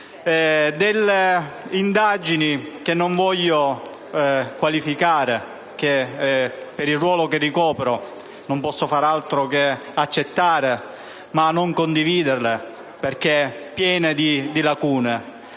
Le indagini - che non voglio qualificare e che, per il ruolo che ricopro, non posso fare altro che accettare ma non condividere, perché piene di lacune